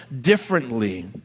differently